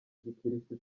gikirisitu